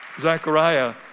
Zechariah